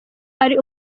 ari